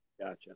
Gotcha